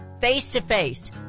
face-to-face